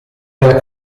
della